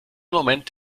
moment